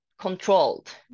controlled